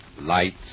lights